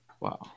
wow